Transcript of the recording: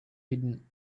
hidden